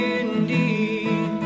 indeed